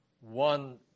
one